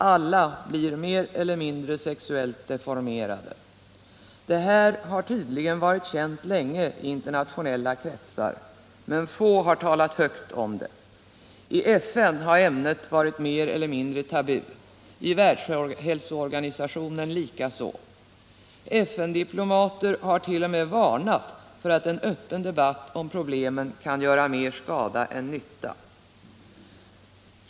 Alla blir mer eller mindre sexuellt deformerade. Det här har tydligen varit känt länge i internationella kretsar, men få har talat högt om det. I FN har ämnet varit mer eller mindre tabu, i Världshälsoorganisationen likaså. FN-diplomater har t.o.m. varnat för att en öppen debatt om problemen kan gör mer skada än nytta.